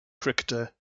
cricketer